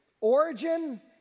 Origin